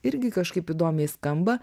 irgi kažkaip įdomiai skamba